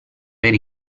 per